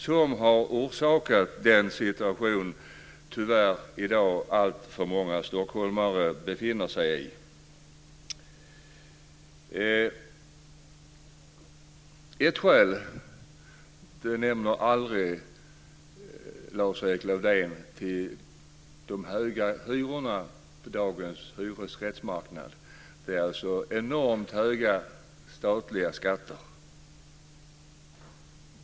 De har orsakat den situation som alltför många stockholmare i dag, tyvärr, befinner sig i. Lars-Erik Lövdén nämner aldrig de höga hyrorna på dagens hyresrättsmarknad. Det är enormt höga statliga skatter.